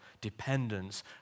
dependence